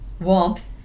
warmth